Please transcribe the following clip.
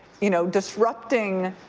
you know, disrupting